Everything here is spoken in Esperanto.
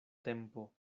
tempo